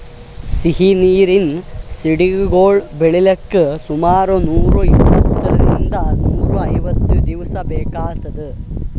ಸಿಹಿ ನೀರಿನ್ ಸಿಗಡಿಗೊಳ್ ಬೆಳಿಲಿಕ್ಕ್ ಸುಮಾರ್ ನೂರ್ ಇಪ್ಪಂತ್ತರಿಂದ್ ನೂರ್ ಐವತ್ತ್ ದಿವಸ್ ಬೇಕಾತದ್